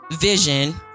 Vision